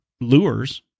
lures